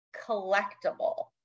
collectible